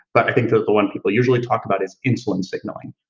but i think that the one people usually talk about is insulin signaling.